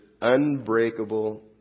unbreakable